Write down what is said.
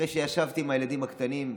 אחרי שישבתי עם הילדים הקטנים,